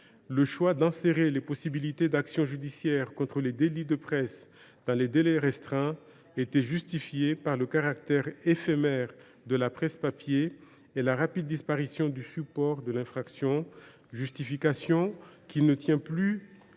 le choix d’enserrer les possibilités d’action judiciaire contre les délits de presse dans des délais restreints était justifié par le caractère éphémère de la presse papier et la rapide disparition du support de l’infraction, justification qui ne tient plus avec